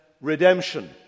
redemption